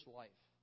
life